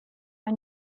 are